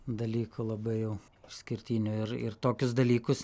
dalykų labai jau išskirtinių ir ir tokius dalykus